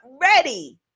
ready